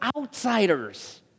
outsiders